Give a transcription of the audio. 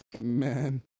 man